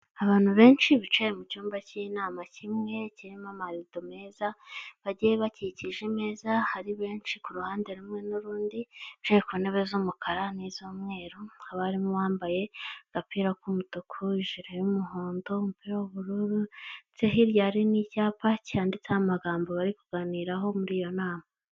Abantu benshi bicaye mu cyumba cy'inama kimwe kirimo amarido meza, bagiye bakikije imeza ari benshi kuruhande rumwe n'urundi, bicaye kuntebe z'umukara niz'umweru haba harimo uwambaye agapira k'umutuku, ijire y'umuhondo, umupira w'ubururu ndetse hirya hari n'icyapa cyanditseho amagambo bari kuganiraho muri iyo nama.